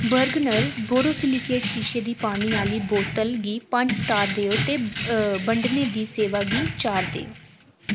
Bergner borosilicate शीशे दी पानी आह्ली बोतल गी पंज स्टार देओ ते बंडने दी सेवा गी चार देओ